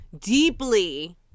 Deeply